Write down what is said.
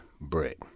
Brick